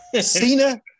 Cena